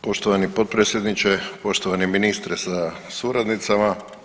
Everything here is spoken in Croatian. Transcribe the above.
Poštovani potpredsjedniče, poštovani ministre sa suradnicama.